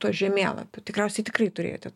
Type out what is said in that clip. tuo žemėlapiu tikriausiai tikrai turėjote